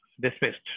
dismissed